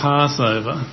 Passover